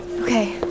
Okay